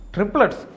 Triplets